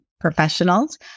professionals